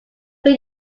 will